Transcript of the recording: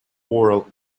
oral